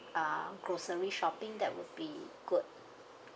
uh grocery shopping that would be good